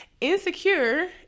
Insecure